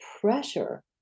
pressure